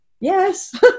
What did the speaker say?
Yes